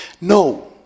No